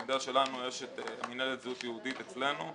אני יודע שלנו יש את מינהלת זהות יהודית אצלנו,